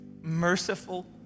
merciful